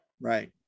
Right